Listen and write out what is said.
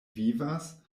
vivas